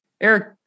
Eric